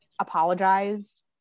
apologized